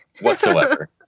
whatsoever